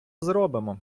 зробимо